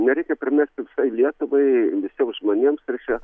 nereikia primesti visai lietuvai visiems žmonėms ir čia